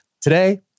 today